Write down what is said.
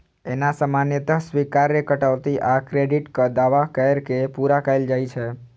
एना सामान्यतः स्वीकार्य कटौती आ क्रेडिटक दावा कैर के पूरा कैल जाइ छै